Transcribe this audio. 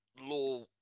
law